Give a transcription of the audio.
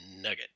nugget